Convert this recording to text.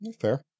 Fair